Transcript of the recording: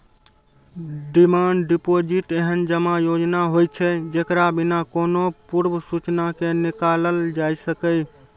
demand deposit एहन जमा योजना होइ छै, जेकरा बिना कोनो पूर्व सूचना के निकालल जा सकैए